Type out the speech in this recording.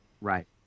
right